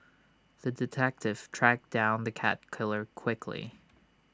the detective tracked down the cat killer quickly